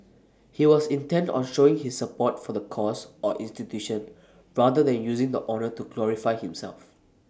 he was intent on showing his support for the cause or institution rather than using the honour to glorify himself